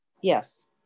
Yes